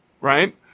right